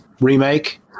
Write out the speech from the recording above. remake